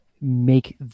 make